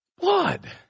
Blood